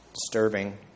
disturbing